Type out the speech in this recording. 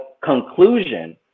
conclusion